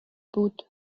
بود